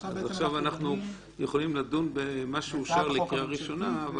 עכשיו אנחנו יכולים לדון במה שאושר לקריאה ראשונה,